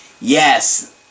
Yes